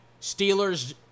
Steelers